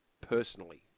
personally